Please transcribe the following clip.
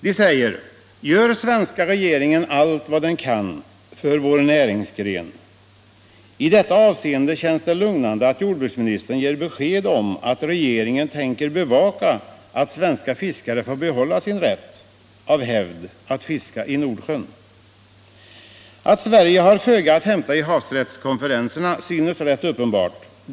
De frågar: Gör svenska regeringen allt vad den kan för vår näringsgren? I detta avseende känns det därför lugnande att jordbruksministern nu ger besked om att regeringen tänker bevaka att svenska fiskare får behålla sin hävdvunna rätt att fiska i Nordsjön. Att Sverige har föga att hämta vid havsrättskonferenserna synes rätt uppenbart.